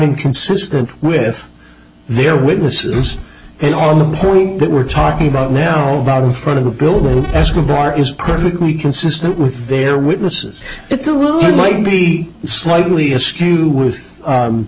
inconsistent with their witnesses and on the point that we're talking about now about in front of a building escobar is perfectly consistent with their witnesses who might be slightly askew with